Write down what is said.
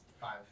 Five